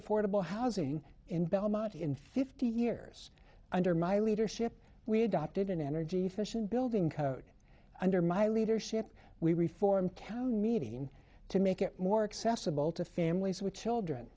affordable housing in belmont in fifty years under my leadership we adopted an energy efficient building code under my leadership we reformed cow meeting to make it more accessible to families with children